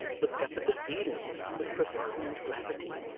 looked up at the ceiling with profound gravity.